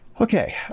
Okay